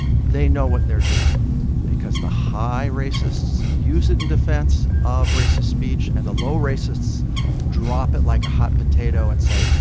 they know what they're doing because the high racists use it in defense of racist speech, and the low racists drop like a hot potato and say,